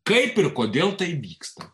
kaip ir kodėl tai vyksta